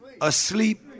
asleep